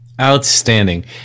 outstanding